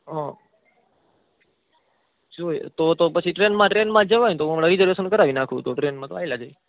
હ જોઈએ તો તો પછી ટ્રેનમાં ટ્રેનમાં જ જવાયને તો હું હમણાં રિઝર્વેશન કરાવી નાખું તો ટ્રેનમાં તો ચાલ્યા જઈએ